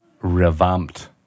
Revamped